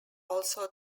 also